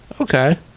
okay